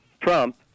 Trump